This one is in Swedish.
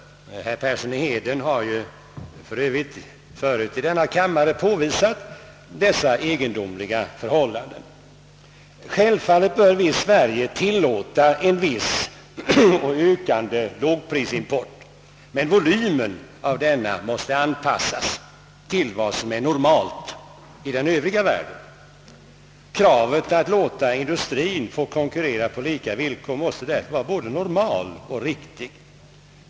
Herr Persson i Heden har för övrigt tidigare i denna kammare påvisat dessa egendomliga förhållanden. Självfallet bör Sverige tillåta en viss, ökande lågprisimport, men dennas volym måste anpassas till vad som är normalt i den övriga världen. Kravet att låta industrien få konkurrera på lika villkor måste därför vara både normalt och riktigt.